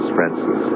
Francis